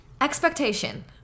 Expectation